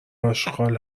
اشغال